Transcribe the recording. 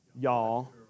y'all